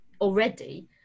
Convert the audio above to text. already